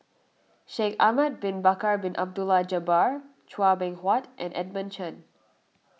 Shaikh Ahmad Bin Bakar Bin Abdullah Jabbar Chua Beng Huat and Edmund Chen